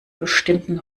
bestimmten